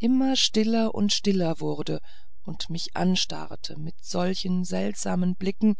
immer stiller und stiller wurde und mich anstarrte mit solchen seltsamen blicken